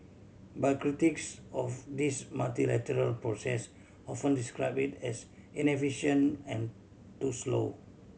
but critics of this multilateral process often describe it as inefficient and too slow